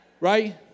Right